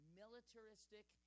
militaristic